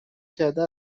کرده